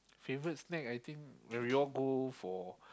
favorite snack I think when we all go for